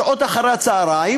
שעות אחר הצהריים,